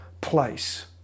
place